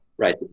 Right